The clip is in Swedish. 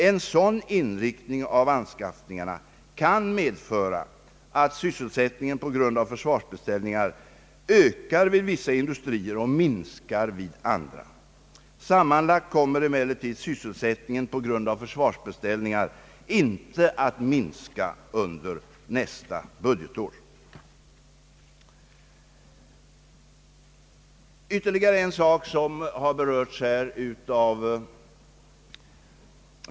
En sådan inriktning av anskaffningarna kan medföra att sysselsättningen på grund av försvarsbeställningar ökar vid vissa industrier och minskar vid andra. Sammanlagt kommer emellertid sysselsättningen på grund av försvarsbeställningar inte att minska under nästa budgetår. Detta är alltså mitt svar till herr Strandberg.